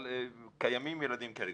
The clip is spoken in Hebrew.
אבל קיימים ילדים כאלה.